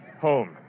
home